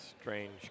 strange